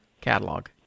catalog